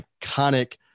iconic